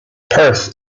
perth